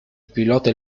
pilota